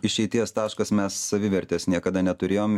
išeities taškas mes savivertės niekada neturėjom